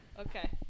Okay